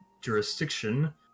jurisdiction